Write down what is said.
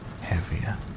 heavier